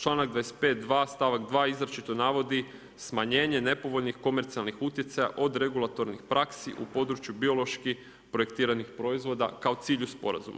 Članak 25.2 stavak 2. izričito navodi smanjenje nepovoljnih komercijalnih utjecaja od regulatornih praksi u području biološki projektiranih proizvoda kao cilju sporazuma.